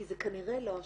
כי זה כנראה לא השכיח.